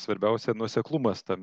svarbiausia nuoseklumas tam